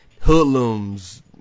hoodlums